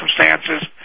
circumstances